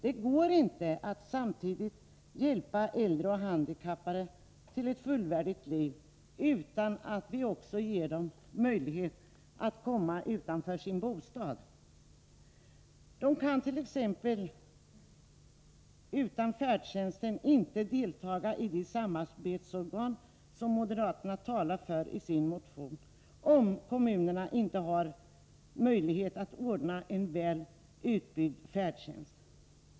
Det går inte att hjälpa äldre och handikappade till ett fullvärdigt liv utan att vi också ger dem möjlighet att komma utanför sin bostad. De kan t.ex. utan färdtjänst inte delta i de samarbetsorgan som moderaterna talar förisin motion, om kommunerna inte har möjlighet att ordna en väl utbyggd färdtjänst.